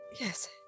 Yes